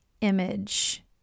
image